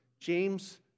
James